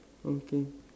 okay